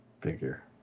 figure